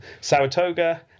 Saratoga